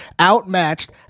outmatched